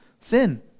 sin